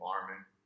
Environment